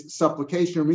supplication